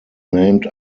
named